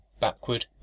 backward